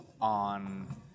on